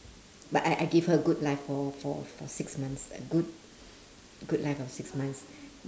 but I I gave her a good life for for for six months a good good life of six months